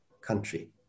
country